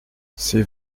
c’est